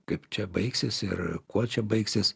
kaip čia baigsis ir kuo čia baigsis